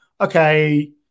okay